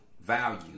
value